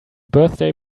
birthday